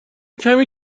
کمی